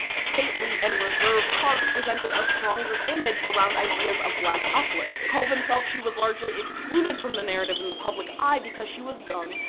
stately, and reserved parks presented a stronger image around ideas of black uplift. colvin felt she was largely excluded from the narrative in the public eye because she was young,